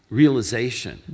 realization